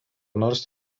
nors